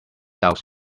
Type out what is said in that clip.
doubts